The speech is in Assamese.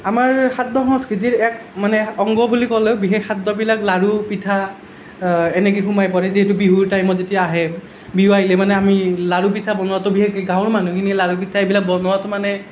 আমাৰ খাদ্য সংস্কৃতিৰ এক মানে অংগ বুলি ক'লেও বিশেষ খাদ্যবিলাক লাড়ু পিঠা এনেকৈ সোমাই পৰে যিহেতু বিহুৰ টাইমত যেতিয়া আহে বিহু আহিলি মানে আমি লাড়ু পিঠা বনোৱাটো বিশেষকৈ গাৱঁৰ মানুহখিনিয়ে লাড়ু পিঠা এইবিলাক বনোৱাত মানে